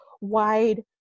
wide